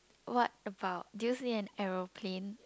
what about do you see an aeroplane